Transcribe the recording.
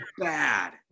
bad